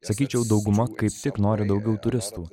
sakyčiau dauguma kaip tik nori daugiau turistų